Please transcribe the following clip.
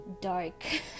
dark